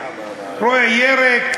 רואה ירק,